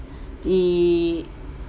the